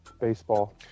Baseball